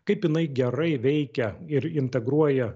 kaip jinai gerai veikia ir integruoja